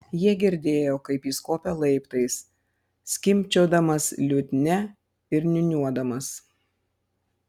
jie girdėjo kaip jis kopia laiptais skimbčiodamas liutnia ir niūniuodamas